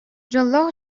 дьоллоох